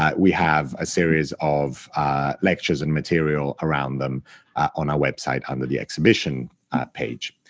um we have a series of lectures and material around them on our website under the exhibition page.